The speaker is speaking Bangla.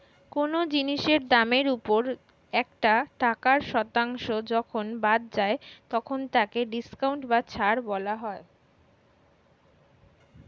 কোন জিনিসের দামের ওপর একটা টাকার শতাংশ যখন বাদ যায় তখন তাকে ডিসকাউন্ট বা ছাড় বলা হয়